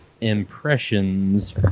Impressions